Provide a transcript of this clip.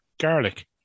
garlic